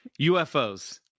UFOs